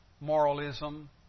moralism